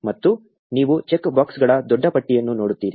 ಮತ್ತು ನೀವು ಚೆಕ್ ಬಾಕ್ಸ್ಗಳ ದೊಡ್ಡ ಪಟ್ಟಿಯನ್ನು ನೋಡುತ್ತೀರಿ